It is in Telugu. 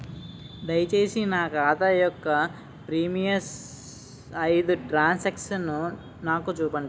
దయచేసి నా ఖాతా యొక్క ప్రీవియస్ ఐదు ట్రాన్ సాంక్షన్ నాకు చూపండి